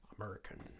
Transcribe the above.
american